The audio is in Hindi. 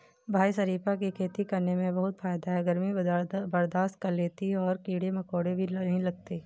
भाई शरीफा की खेती करने में बहुत फायदा है गर्मी बर्दाश्त कर लेती है और कीड़े मकोड़े भी नहीं लगते